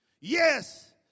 Yes